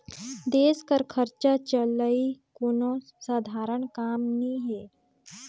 देस कर खरचा चलई कोनो सधारन काम नी हे